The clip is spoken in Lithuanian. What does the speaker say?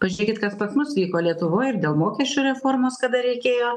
pažiūrėkit kas pas mus vyko lietuvoj ir dėl mokesčių reformos kada reikėjo